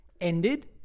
ended